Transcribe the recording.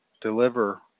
deliver